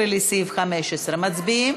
13, לסעיף 15. מצביעים?